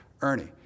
Ernie